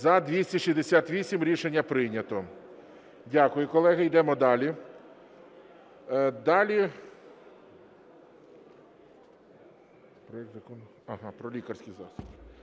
За-268 Рішення прийнято. Дякую, колеги. Ідемо далі.